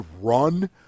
run